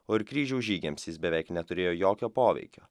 o ir kryžiaus žygiams jis beveik neturėjo jokio poveikio